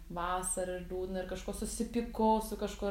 vasara liūdna ir kažko susipykau su kažkuo